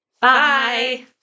Bye